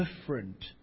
different